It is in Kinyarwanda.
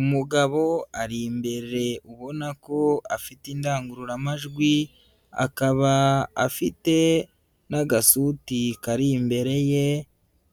Umugabo ari imbere ubona ko afite indangururamajwi, akaba afite n'agasuti kari imbere ye,